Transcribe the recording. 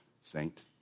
saint